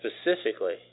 specifically